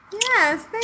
Yes